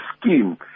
scheme